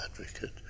advocate